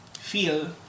feel